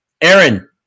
Aaron